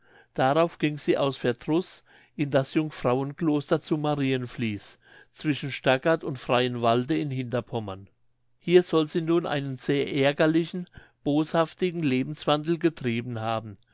darauf ging sie aus verdruß in das jungfrauenkloster zu marienfließ zwischen stargard und freienwalde in hinterpommern hier soll sie nun einen sehr ärgerlichen boshaftigen lebenswandel getrieben haben